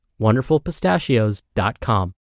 WonderfulPistachios.com